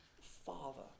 Father